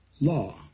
law